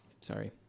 Sorry